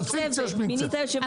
זו פיקציה שמיקציה.